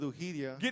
Get